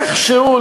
איכשהו,